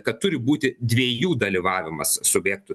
kad turi būti dviejų dalyvavimas subjektų